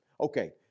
Okay